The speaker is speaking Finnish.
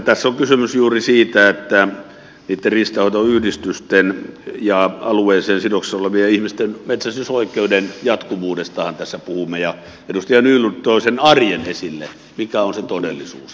tässä on kysymys juuri siitä että niitten riistanhoitoyhdistysten ja alueeseen sidoksissa olevien ihmisten metsästysoikeuden jatkuvuudestahan tässä puhumme ja edustaja nylund toi sen arjen esille mikä on se todellisuus